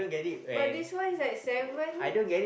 but this one is at seven